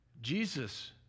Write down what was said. Jesus